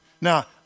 Now